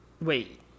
Wait